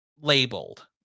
labeled